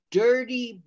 dirty